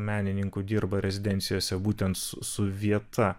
menininkų dirba rezidencijose būtent su su vieta